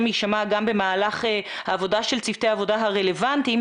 יישמע גם במהלך העבודה של צוותי העבודה הרלוונטיים,